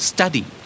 Study